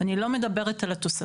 אני לא מדברת על התוספתיות.